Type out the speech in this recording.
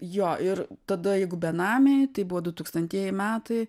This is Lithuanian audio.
jo ir tada jeigu benamiai tai buvo dutūkstantieji metai